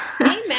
Amen